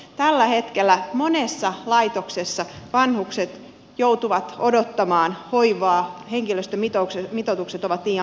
tällä hetkellä monessa laitoksessa vanhukset joutuvat odottamaan hoivaa henkilöstömitoitukset ovat liian pieniä